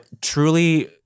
truly